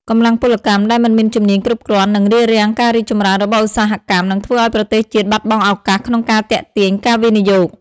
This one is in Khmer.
កម្លាំងពលកម្មដែលមិនមានជំនាញគ្រប់គ្រាន់នឹងរារាំងការរីកចម្រើនរបស់ឧស្សាហកម្ម និងធ្វើឱ្យប្រទេសជាតិបាត់បង់ឱកាសក្នុងការទាក់ទាញការវិនិយោគ។